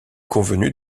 convenu